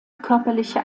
körperliche